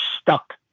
stuck